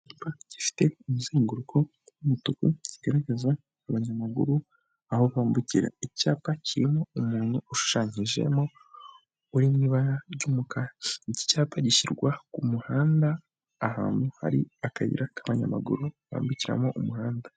Gifite umuzenguruko ku mutugu kigaragaza abanyamaguru aho bambukira icyapa kirimo umuntu ushushanyijemo uri mu ibara ry'umukara cyapa gishyirwa ku muhanda ahantu hari akayi k'abanyamaguru bambukiramo umuhanda.